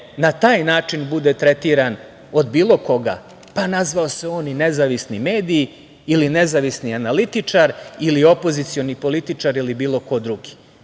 na taj način bude tretiran od bilo koga, pa nazvao se on i nezavisni medij ili nezavisni analitičar, ili opozicioni političar ili bilo ko drugi.